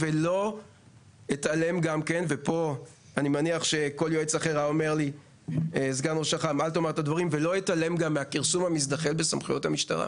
ולא אתעלם גם מהכרסום המזדחל בסמכויות המשטרה.